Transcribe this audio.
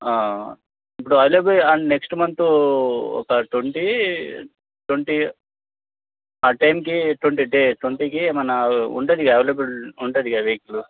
ఇప్పుడు available and next month ఒక twenty twenty ఆ టైంకి ట్వంటీడే ట్వంటీకి ఏమైనా ఉంటుంది క అవైలబుల్ ఉంటుందిగా వెహికల్